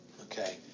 okay